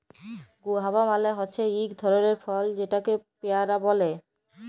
guava মালে হছে ইক ধরলের ফল উয়াকে পেয়ারা ব্যলে